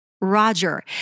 Roger